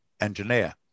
engineer